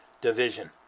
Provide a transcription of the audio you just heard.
division